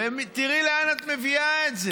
תראי לאן את מביאה את זה.